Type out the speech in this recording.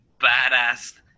badass